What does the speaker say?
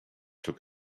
took